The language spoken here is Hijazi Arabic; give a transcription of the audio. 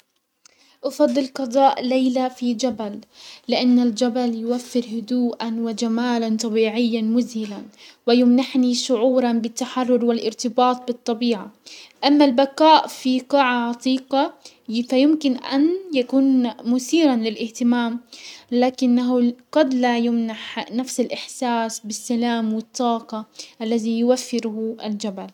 افضل قضاء ليلة في جبل، لان الجبل يوفر هدوءا وجمالا طبيعيا مزهلا ويمنحني شعورا بالتحرر والارتباط بالطبيعة. اما البقاء في قاعة عتيقة فيمكن ان يكون مسيرا للاهتمام لكنه قد لا يمنح نفس الاحساس بالسلام والطاقة الذي يوفره الجبل.